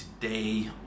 today